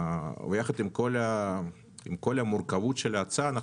יחד עם כל המורכבות של ההצעה,